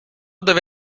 deve